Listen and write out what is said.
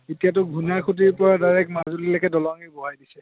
এতিয়াতো ঘূণাই খুঁটিৰপৰা ডাইৰেক্ট মাজুলিলৈকে দলঙেই বহাই দিছে